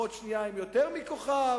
ואחות שנייה עם יותר מכוכב,